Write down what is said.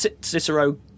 Cicero